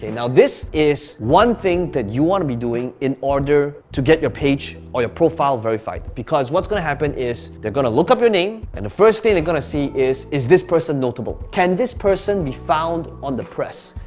and now this is one thing that you wanna be doing in order to get your page or your profile verified because what's gonna happen is, they're gonna to look up your name and the first thing they're going to see is, is this person notable? can this person be found on the press?